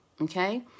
Okay